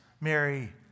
Mary